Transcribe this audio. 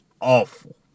Awful